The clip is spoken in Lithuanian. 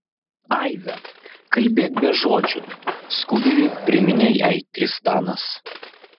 aive kalbėk be žodžių skubiai priminė jai tristanas